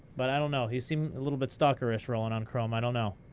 but i don't know. he seemed a little bit stalker-ish, rollingonchrome. i don't know.